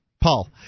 Paul